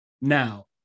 Now